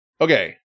Okay